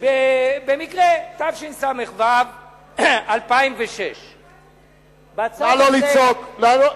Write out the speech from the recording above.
במקרה תשס"ו 2006. בצו הזה, נא לא לצעוק.